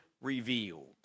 revealed